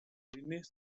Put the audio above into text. greenish